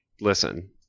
listen